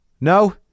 No